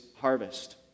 harvest